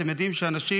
אתם יודעים שאנשים,